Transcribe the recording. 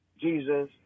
Jesus